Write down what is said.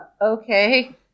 okay